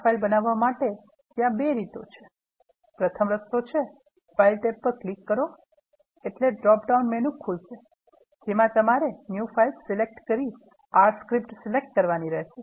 R file બનાવવા માટે ત્યાં 2 રીતો છે પ્રથમ રસ્તો છે ફાઇલ ટેબ પર ક્લિક કરો એટલે ડ્રોપ ડાઉન મેનુ ખુલશેજેમા તમારે new file સિલેક્ટ કરી R script સિલેક્ટ કરવાની રહેશે